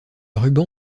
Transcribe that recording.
ruban